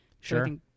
Sure